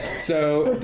so